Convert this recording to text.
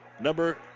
Number